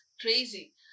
Crazy